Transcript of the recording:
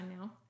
now